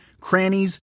crannies